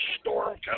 storm